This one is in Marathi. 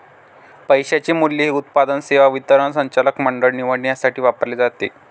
पैशाचे मूल्य हे उत्पादन, सेवा वितरण, संचालक मंडळ निवडणे यासाठी वापरले जाते